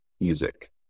music